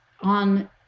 on